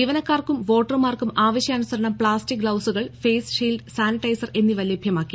ജീവനക്കാർക്കും വോട്ടർമാർക്കും ആവശ്യാനുസരണം പ്ലാസ്റ്റിക് ഗ്ലൌസുകൾ ഫേസ് ഷീൽഡ് സാനിറ്റൈസർ എന്നിവ ലഭ്യമാക്കി